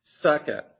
Second